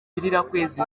bizirakwezi